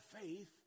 faith